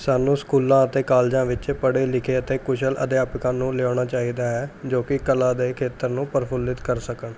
ਸਾਨੂੰ ਸਕੂਲਾਂ ਅਤੇ ਕਾਲਜਾਂ ਵਿੱਚ ਪੜ੍ਹੇ ਲਿਖੇ ਅਤੇ ਕੁਸ਼ਲ ਅਧਿਆਪਕਾਂ ਨੂੰ ਲਿਆਉਣਾ ਚਾਹੀਦਾ ਹੈ ਜੋ ਕਿ ਕਲਾ ਦੇ ਖੇਤਰ ਨੂੰ ਪ੍ਰਫੁੱਲਿਤ ਕਰ ਸਕਣ